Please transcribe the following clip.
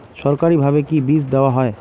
সরকারিভাবে কি বীজ দেওয়া হয়?